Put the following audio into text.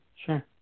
sure